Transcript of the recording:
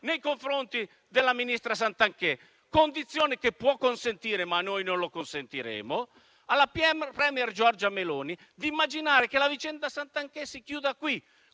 nei confronti della ministra Santanchè; condizione che può consentire (ma noi non lo permetteremo) alla *premier* Giorgia Meloni di immaginare che la vicenda Santanchè si chiuda qui,